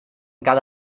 cada